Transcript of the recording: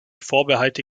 vorbehalte